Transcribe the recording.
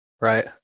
right